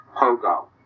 Pogo